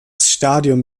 stadion